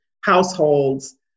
households